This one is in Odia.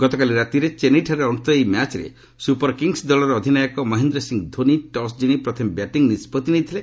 ଗତକାଲି ରାତିରେ ଚେନ୍ନାଇଠାରେ ଅନୁଷ୍ଠିତ ଏହି ମ୍ୟାଚ୍ରେ ସୁପରକିଙ୍ଗସ୍ ଦଳର ଅଧିନାୟକ ମହେନ୍ଦ୍ର ସିଂହ ଧୋନି ଟସ୍ ଜିଣି ପ୍ରଥମେ ବ୍ୟାଟିଂ ନିଷ୍କଭି ନେଇଥିଲେ